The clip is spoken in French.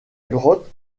grotte